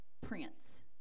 prince